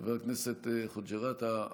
חבר הכנסת חוג'יראת,